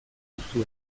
duzue